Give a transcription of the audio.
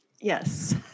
Yes